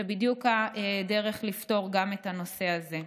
זו בדיוק הדרך לפתור גם את הנושא הזה.